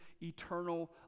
eternal